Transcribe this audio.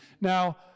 Now